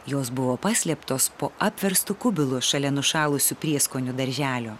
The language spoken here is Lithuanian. jos buvo paslėptos po apverstu kubilu šalia nušalusių prieskonių darželio